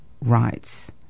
rights